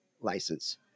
license